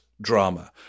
drama